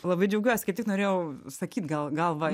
labai džiaugiuosi kaip tik norėjau sakyt gal gal va